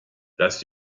das